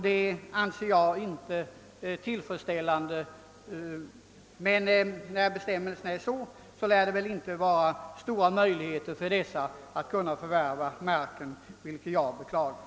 Detta anser jag inte vara tillfredsställande. När bestämmelserna är sådana lär det inte vara stora möjligheter för vederbörande att förvärva marken, vilket jag beklagar.